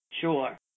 Sure